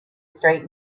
straight